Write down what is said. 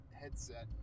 headset